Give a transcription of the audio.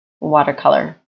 watercolor